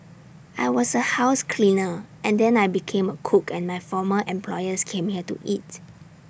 I was A house cleaner and then I became A cook and my former employers came here to eat